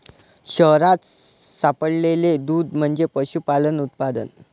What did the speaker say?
शहरात सापडलेले दूध म्हणजे पशुपालन उत्पादन